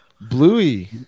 Bluey